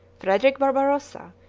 frederic barbarossa,